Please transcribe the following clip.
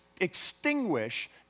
extinguish